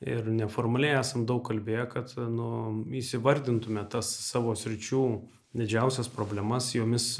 ir neformaliai esam daug kalbėję kad nu įvardintume tas savo sričių didžiausias problemas jomis